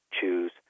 choose